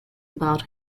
about